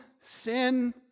sin